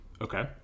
Okay